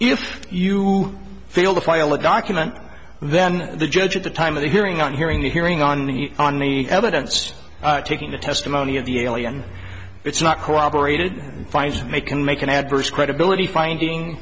if you fail to file a document then the judge at the time of the hearing on hearing the hearing on the on the evidence taking the testimony of the alien it's not corroborated and finds may can make an adverse credibility finding